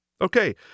Okay